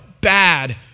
bad